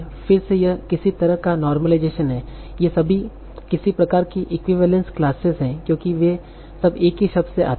फिर से यह किसी तरह का नॉर्मलाइजेशन है ये सभी किसी प्रकार की इक्विवेलेंस क्लासेस हैं क्योंकि वे सब एक ही शब्द से आते हैं